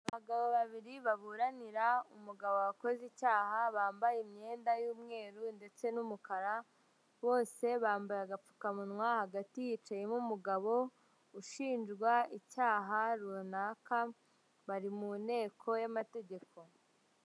Abagabo babiri baburanira umugabo wakoze icyaha, bambaye imyenda y'umweru ndetse n'umukara, bose bambaye agapfukamunwa hagati hicayemo umugabo, ushinjwa icyaha runaka, bari mu nteko y'amategeko.